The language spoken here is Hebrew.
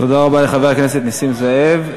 תודה רבה לחבר הכנסת נסים זאב.